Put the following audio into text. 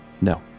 No